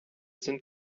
sind